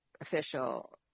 official